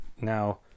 now